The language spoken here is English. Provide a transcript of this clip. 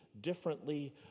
differently